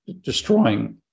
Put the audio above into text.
destroying